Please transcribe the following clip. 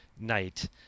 night